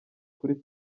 kuri